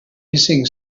hissing